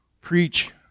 preach